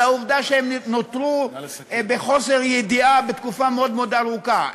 על העובדה שהם נותרו בחוסר ידיעה תקופה מאוד ארוכה.